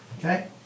Okay